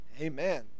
Amen